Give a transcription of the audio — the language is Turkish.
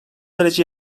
derece